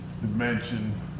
dimension